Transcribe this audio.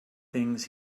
things